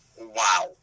wow